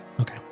Okay